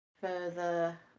further